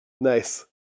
Nice